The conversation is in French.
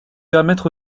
permettre